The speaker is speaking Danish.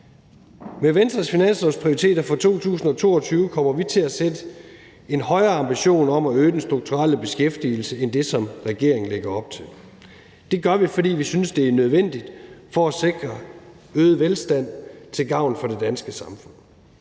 Med Venstres finanslovsprioriteter for 2022 kommer vi til at sætte ambitionen om at øge den strukturelle beskæftigelse højere end det, som regeringen lægger op til. Det gør vi, fordi vi synes, det er nødvendigt for at sikre øget velstand til gavn for det danske samfund,